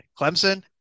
Clemson